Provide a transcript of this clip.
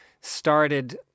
started